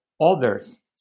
others